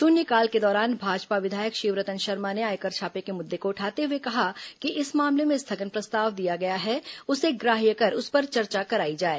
शून्यकाल के दौरान भाजपा विधायक शिवरतन शर्मा ने आयकर छापे के मुद्दे को उठाते हुए कहा कि इस मामले में स्थगन प्रस्ताव दिया गया है उसे ग्राहृय कर उस पर चर्चा कराई जाए